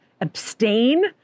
abstain